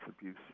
abuse